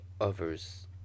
others